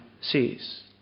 sees